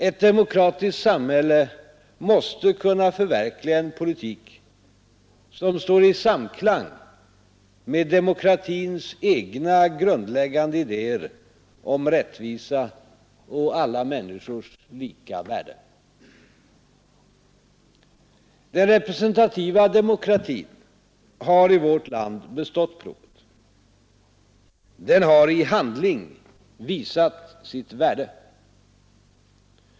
Ett demokratiskt samhälle måste kunna nas trygghet och väl förverkliga en politik som står i samklang med demokratins egna grundläggande idéer om rättvisa och alla människors lika värde. Den representativa demokratin har i vårt land bestått provet. Den har i handling visat sitt värde.